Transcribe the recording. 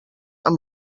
amb